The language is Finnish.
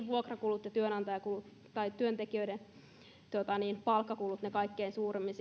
vuokrakulut ja työnantajakulut ja työntekijöiden palkkakulut ovat monessa kuitenkin ne kaikkein suurimmat